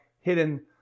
hidden